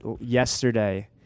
Yesterday